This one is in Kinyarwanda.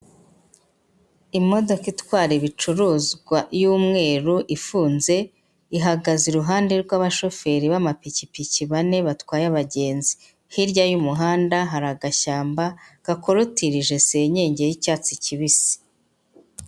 Imodoka itwara ibicuruzwa y'Umweru ifunze, ihagaze iruhande rw'abashoferi b'amapikipiki 4 batwaye abagenzi. Hirya y'umuhanda hari agashyamba gakorotirije senyenge y'icyatsi kibisi.